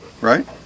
right